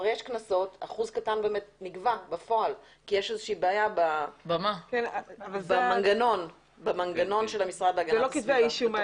קנסות נגבה בפועל כי יש איזושהי בעיה במנגנון של המשרד להגנת הסביבה.